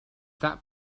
that